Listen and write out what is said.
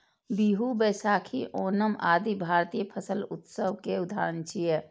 बीहू, बैशाखी, ओणम आदि भारतीय फसल उत्सव के उदाहरण छियै